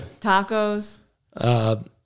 Tacos